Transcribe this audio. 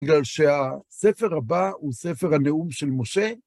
בגלל שהספר הבא הוא ספר הנאום של משה.